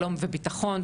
שלום וביטחון,